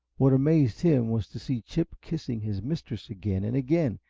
what amazed him was to see chip kissing his mistress again and again,